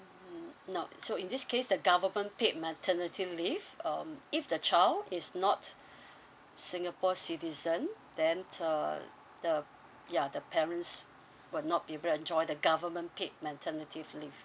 mm no so in this case the government paid maternity leave um if the child is not singapore citizen then uh the ya the parents would not be able to enjoy the government paid maternity leave